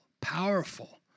powerful